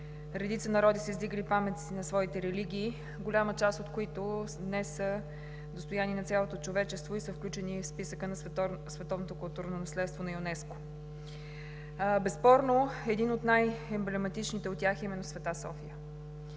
редица народи са издигали паметници на своите религии, голяма част от които днес са достояние на цялото човечество и са включени в списъка на Световното културно наследство на ЮНЕСКО. Безспорно един от най-емблематичните от тях е именно „Света София“